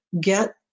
Get